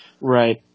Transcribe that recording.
Right